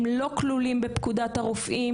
הם לא כלולים בפקודת הרופאים,